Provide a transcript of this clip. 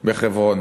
בחברון